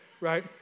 right